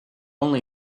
only